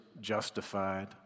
justified